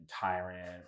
Tyrant